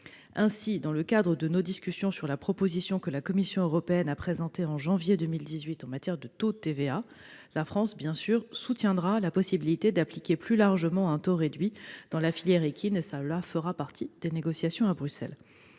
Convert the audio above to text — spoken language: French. Ainsi, dans le cadre de nos discussions sur la proposition que la Commission européenne a présentée en janvier 2018 en matière de taux de TVA, la France défendra bien sûr la possibilité d'appliquer plus largement un taux réduit dans la filière équine. Cette question fera partie des négociations à Bruxelles.